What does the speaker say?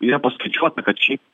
yra paskaičiuota kad šiaip